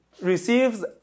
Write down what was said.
receives